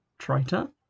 Triter